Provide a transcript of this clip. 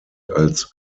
als